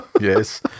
Yes